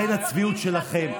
לכן הצביעות שלכם,